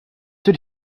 did